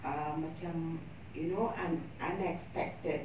err macam you know un~ unexpected